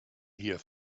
here